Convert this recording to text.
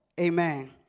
Amen